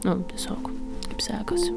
nu tiesiog kaip sekasi